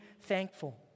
thankful